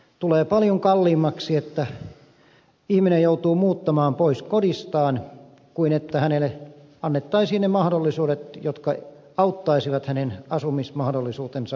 tulee paljon kalliimmaksi että ihminen joutuu muuttamaan pois kodistaan kuin että hänelle annettaisiin ne mahdollisuudet jotka auttaisivat hänen mahdollisuuttaan asua kotonaan